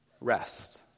rest